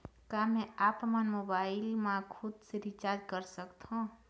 का मैं आपमन मोबाइल मा खुद से रिचार्ज कर सकथों?